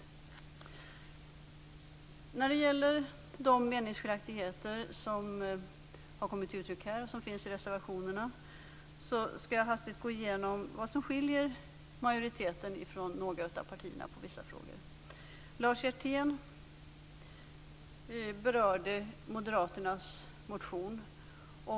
När det gäller de meningsskiljaktigheter som har kommit till uttryck här och som finns i reservationerna skall jag hastigt gå igenom vad som skiljer majoriteten från några av partierna i vissa frågor. Lars Hjertén berörde moderaternas motion.